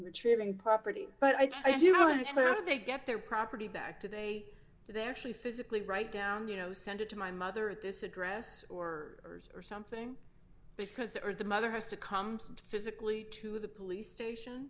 retrieving property but i do know if they get their property back today they actually physically write down you know send it to my mother at this address or or something because they are the mother has to come physically to the police station